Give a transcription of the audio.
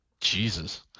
Jesus